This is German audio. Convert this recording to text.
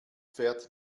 fährt